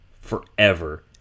forever